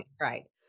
Right